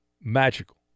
Magical